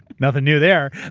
nothing new there.